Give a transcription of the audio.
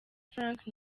frank